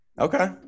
okay